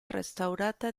restaurata